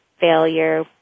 failure